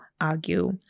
argue